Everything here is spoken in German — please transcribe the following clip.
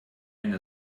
eine